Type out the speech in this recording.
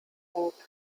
punkt